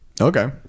Okay